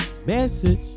message